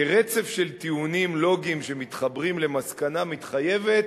כרצף של טיעונים לוגיים שמתחברים למסקנה מתחייבת,